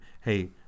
hey